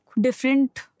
different